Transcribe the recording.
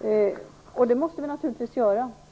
Sådana hänsyn måste vi naturligtvis ta.